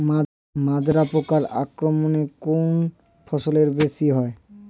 মাজরা পোকার আক্রমণ কোন ফসলে বেশি হয়?